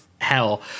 Hell